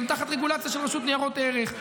הן תחת רגולציה של רשות ניירות ערך.